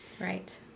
right